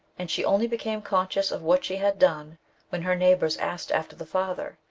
and she only became conscious of what she had done when her neighbours asked after the father,